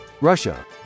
Russia